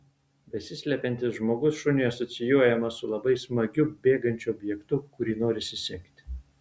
besislepiantis žmogus šuniui asocijuojamas su labai smagiu bėgančiu objektu kurį norisi sekti